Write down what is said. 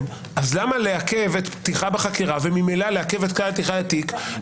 אז למה לעכב פתיחה בחקירה וממילא לעכב את פתיחת התיק,